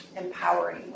empowering